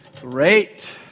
Great